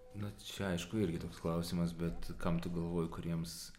na čia aišku irgi toks klausimas bet kam tu galvoji kuriems